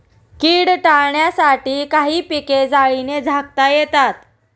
कीड टाळण्यासाठी काही पिके जाळीने झाकता येतात